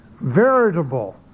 veritable